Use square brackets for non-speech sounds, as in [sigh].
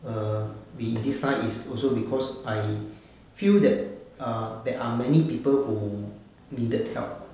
err be this line is also because I [breath] feel that err there are many people who needed help